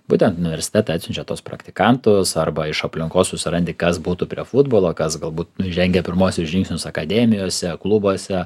butent universitetai atsiunčia tuos praktikantus arba iš aplinkos susirandi kas būtų prie futbolo kas galbūt nu žengia pirmuosius žingsnius akademijose klubuose